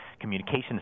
communications